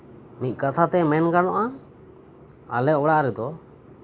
ᱢᱤᱫ ᱠᱟᱛᱷᱟᱛᱮ ᱢᱮᱱ ᱜᱟᱱᱚᱜᱼᱟ ᱟᱞᱮ ᱚᱲᱟᱜ ᱨᱮᱫᱚ